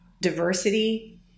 diversity